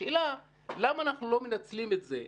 השאלה היא למה אנחנו לא מנצלים את זה,